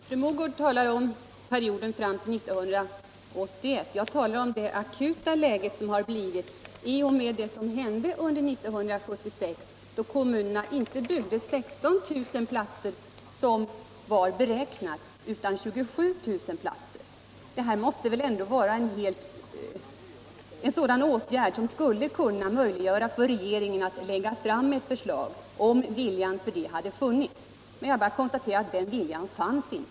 Herr talman! Fru Mogård talar om perioden fram till 1981. Jag talar om det akuta läge som uppkommit i och med det som hände under 1976. Kommunerna byggde då inte 16 000 platser, som var beräknat, utan 27 000 platser. Detta måste väl ändå vara en sådan förändring som skulle kunnat möjliggöra för regeringen att lägga fram ett förslag om ytterligare utbildning med start redan till våren, om viljan till det hade funnits. Jag bara konstaterar att den viljan inte fanns.